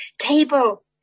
table